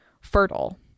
fertile